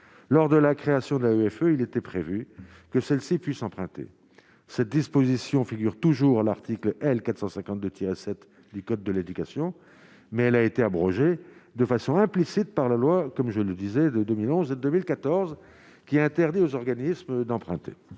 lors de la création de la il était prévu que celle-ci puisse emprunter cette disposition figure toujours l'article L 452 7 du code de l'éducation, mais elle a été abrogée, de façon implicite par la loi, comme je le disais, de 2011 et 2014 qui interdit aux organismes d'emprunter,